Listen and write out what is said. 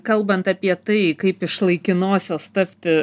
kalbant apie tai kaip iš laikinosios tapti